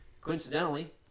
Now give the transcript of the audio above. coincidentally